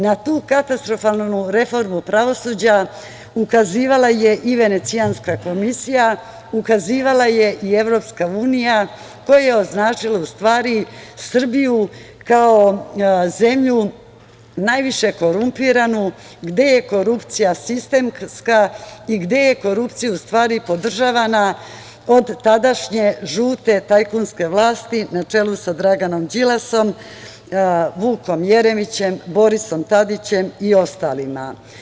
Na tu katastrofalnu reformu pravosuđa ukazivala je i Venecijanska komisija, ukazivala je i Evropska unija koja je označila Srbiju kao zemlju najviše korumpiranu gde je korupcija sistemska i gde je korupcija podržavana od tadašnje žute tajkunske vlasti na čelu sa Draganom Đilasom, Vukom Jeremićem, Borisom Tadićem i ostalima.